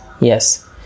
Yes